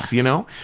you know.